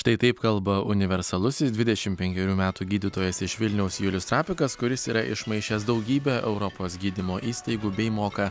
štai taip kalba universalusis dvidešim penkerių metų gydytojas iš vilniaus julius trapikas kuris yra išmaišęs daugybę europos gydymo įstaigų bei moka